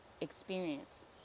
experience